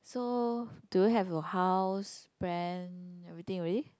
so do you have your house plan everything already